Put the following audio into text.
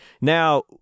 Now